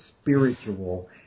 spiritual